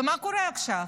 ומה קורה עכשיו?